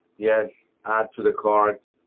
yes, add to the cart.